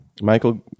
Michael